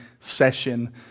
session